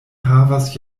havas